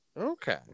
Okay